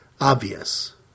obvious